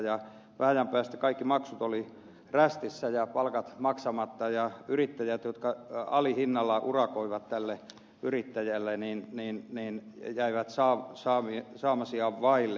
vähän ajan päästä kaikki maksut olivat rästissä ja palkat maksamatta ja yrittäjät jotka alihinnalla urakoivat tälle yrittäjälleneen niin en yritä eivät yrittäjälle jäivät saamisiaan vaille